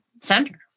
center